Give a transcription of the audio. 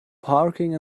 parking